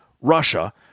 Russia